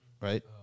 right